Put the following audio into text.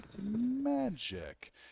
Magic